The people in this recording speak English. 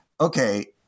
okay